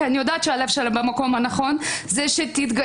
כי אני יודעת שהלב שלהם במקום הנכון זה שתתגייסו,